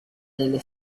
delle